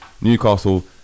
Newcastle